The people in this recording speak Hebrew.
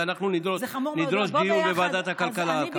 ואנחנו נדרוש דיון בוועדת הכלכלה על כך.